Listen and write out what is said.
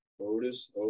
Otis